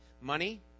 money